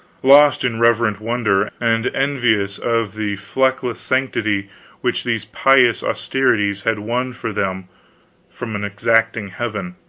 lost in reverent wonder, and envious of the fleckless sanctity which these pious austerities had won for them from an exacting heaven.